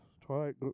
Twilight